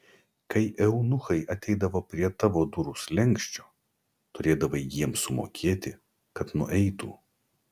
kai eunuchai ateidavo prie tavo durų slenksčio turėdavai jiems sumokėti kad nueitų